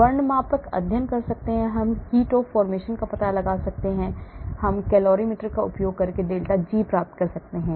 वर्णमापक अध्ययन हम heat of the formation का पता लगा सकते हैं हम colorimeter का उपयोग करके डेल्टा जी प्राप्त कर सकते हैं